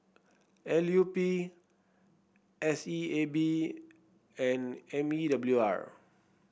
L U P S E A B and M E W R